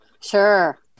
Sure